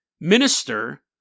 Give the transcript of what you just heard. minister